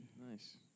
Nice